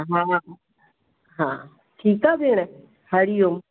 हा हा ठीक आहे भेण हरीओम